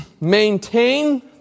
maintain